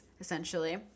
essentially